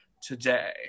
today